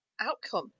outcome